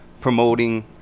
promoting